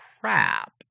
crap